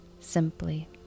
simply